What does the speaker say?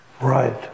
right